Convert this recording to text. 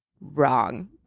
wrong